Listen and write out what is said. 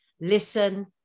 listen